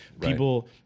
people